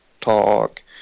talk